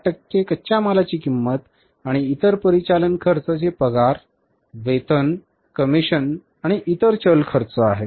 60 टक्के कच्च्या मालाची किंमत आणि इतर परिचालन खर्च जे पगार वेतन कमिशन आणि इतर चल खर्च आहेत